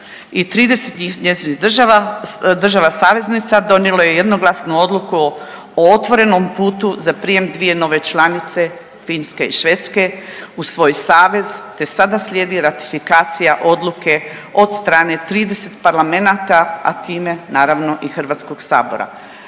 i 30 njezinih država, država saveznica donijelo je jednoglasnu odluku o otvorenom putu za prijem 2 nove članice, Finske i Švedske u svoj savez te sada slijedi ratifikacija odluke od strane 30 parlamenata, a time naravno i HS-a.